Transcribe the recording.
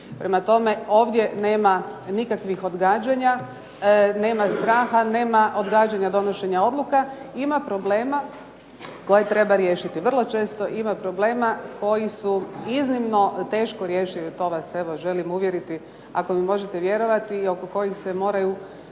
Prema tome, ovdje nema nikakvih odgađanja, nema straha, nema odgađanja donošenja odluka, ima problema koje treba riješiti. Vrlo često ima problema koji su iznimno teško rješivi, to vas evo želim uvjeriti, ako mi možete vjerovati i oko kojih se moraju